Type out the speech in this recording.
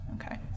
Okay